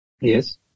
Yes